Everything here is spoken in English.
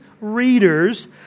readers